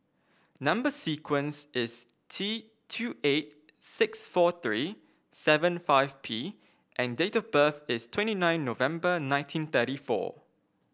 number sequence is T two eight six four three seven five P and date of birth is twenty nine November nineteen thirty four